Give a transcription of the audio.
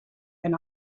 and